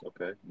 Okay